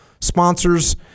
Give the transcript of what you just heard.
sponsors